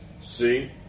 See